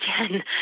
again